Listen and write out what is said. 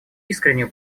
искреннюю